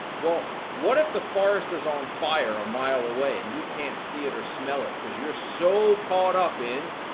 well, what if the forest is on fire a mile away and you can't see it or smell it cause you're so caught up in,